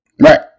Right